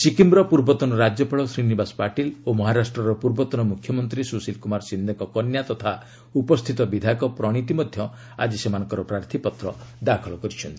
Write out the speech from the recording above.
ସିକିମ୍ର ପୂର୍ବତନ ରାଜ୍ୟପାଳ ଶ୍ରୀନିବାସ ପାଟିଲ୍ ଓ ମହାରାଷ୍ଟ୍ରର ପୂର୍ବତନ ମୁଖ୍ୟମନ୍ତ୍ରୀ ସୁଶୀଲ କୁମାର ସିନ୍ଦେଙ୍କ କନ୍ୟା ତଥା ଉପସ୍ଥିତ ବିଧାୟକ ପ୍ରଣିତୀ ମଧ୍ୟ ଆଜି ସେମାନଙ୍କର ପ୍ରାର୍ଥୀପତ୍ର ଦାଖଲ କରିଛନ୍ତି